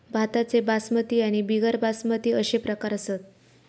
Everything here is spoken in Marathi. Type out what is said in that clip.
भाताचे बासमती आणि बिगर बासमती अशे प्रकार असत